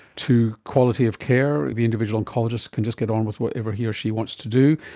to quality of care, the individual oncologists can just get on with whatever he or she wants to do,